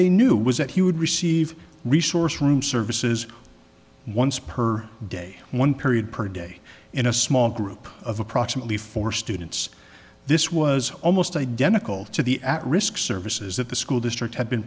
they knew was that he would receive resource room services once per day one period per day in a small group of approximately four students this was almost identical to the at risk services that the school district had been